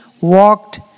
walked